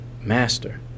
master